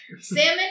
Salmon